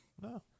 No